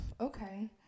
okay